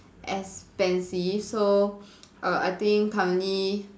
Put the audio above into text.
expensive so err I think currently